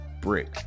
brick